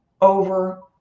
over